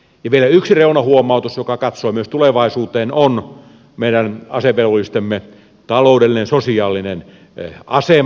vielä yksi reunahuomautus joka katsoo myös tulevaisuuteen on meidän asevelvollistemme taloudellinen ja sosiaalinen asema